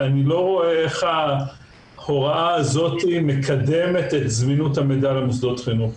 אני לא רואה איך ההוראה הזאת מקדמת את זמינות המידע למוסדות החינוך.